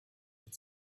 had